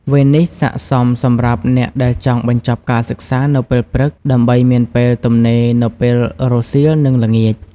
វេននេះស័ក្តិសមសម្រាប់អ្នកដែលចង់បញ្ចប់ការសិក្សានៅពេលព្រឹក ដើម្បីមានពេលទំនេរនៅពេលរសៀល និងល្ងាច។